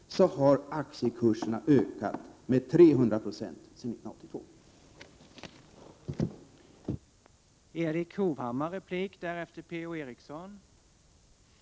1987/88:115 na har ökat med 300 96 sedan 1982. 5 maj 1988 Näringspolitik